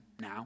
now